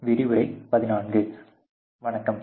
வணக்கம்